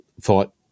thought